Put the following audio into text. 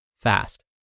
fast